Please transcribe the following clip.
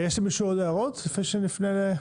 יש למישהו עוד הערות לפני שנפנה לציבור?